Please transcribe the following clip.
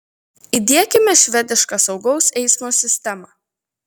įdiekime švedišką saugaus eismo sistemą